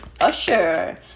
Usher